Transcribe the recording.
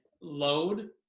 load